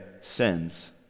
sins